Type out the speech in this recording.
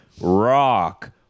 rock